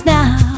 now